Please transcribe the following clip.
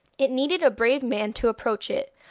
it needed a brave man to approach it,